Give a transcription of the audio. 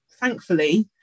thankfully